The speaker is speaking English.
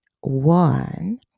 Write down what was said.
One